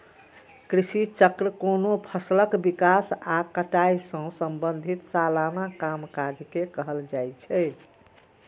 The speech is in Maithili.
कृषि चक्र कोनो फसलक विकास आ कटाई सं संबंधित सलाना कामकाज के कहल जाइ छै